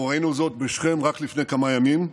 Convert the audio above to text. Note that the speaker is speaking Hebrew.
אנחנו ראינו זאת בשכם רק לפני כמה ימים,